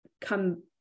come